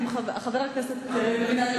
חבר הכנסת לוין.